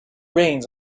reins